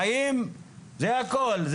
חיים, זה הכל.